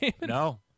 no